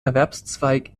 erwerbszweig